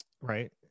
right